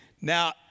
now